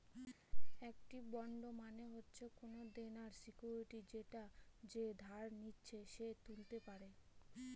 একটি বন্ড মানে হচ্ছে কোনো দেনার সিকুইরিটি যেটা যে ধার নিচ্ছে সে তুলতে পারে